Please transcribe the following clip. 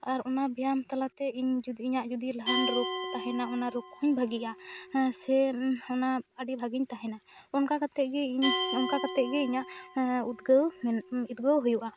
ᱟᱨ ᱚᱱᱟ ᱵᱮᱭᱟᱢ ᱛᱟᱞᱟ ᱛᱮ ᱤᱧ ᱡᱩᱫᱤ ᱤᱧᱟᱹᱜ ᱡᱩᱫᱤ ᱡᱟᱦᱟᱱ ᱨᱚᱜᱽ ᱛᱟᱦᱮᱱᱟ ᱚᱱᱟ ᱨᱚᱜᱽ ᱠᱷᱚᱱ ᱵᱷᱟᱹᱜᱤᱜᱼᱟ ᱥᱮ ᱚᱱᱟ ᱟᱹᱰᱤ ᱵᱷᱟᱹᱜᱤᱧ ᱛᱟᱦᱮᱱᱟ ᱚᱱᱠᱟ ᱠᱟᱛᱮᱜ ᱜᱤ ᱤᱧ ᱚᱱᱠᱟ ᱠᱟᱛᱮᱜ ᱜᱮ ᱤᱧᱟᱹᱜ ᱩᱫᱽᱜᱟᱹᱣ ᱩᱫᱽᱜᱟᱹᱣ ᱦᱩᱭᱩᱜᱼᱟ